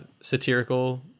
satirical